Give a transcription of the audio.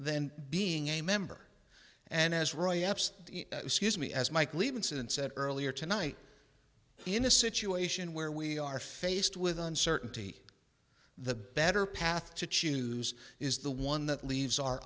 than being a member and as roy epps scuse me as mike leave incident said earlier tonight in a situation where we are faced with uncertainty the better path to choose is the one that leaves